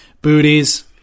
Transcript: booties